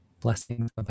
blessings